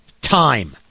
time